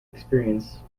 experience